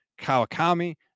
Kawakami